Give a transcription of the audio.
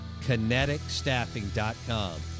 kineticstaffing.com